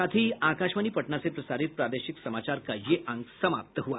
इसके साथ ही आकाशवाणी पटना से प्रसारित प्रादेशिक समाचार का ये अंक समाप्त हुआ